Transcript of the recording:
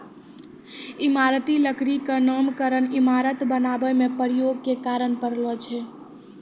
इमारती लकड़ी क नामकरन इमारत बनावै म प्रयोग के कारन परलो छै